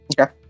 Okay